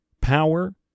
power